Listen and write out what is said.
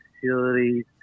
facilities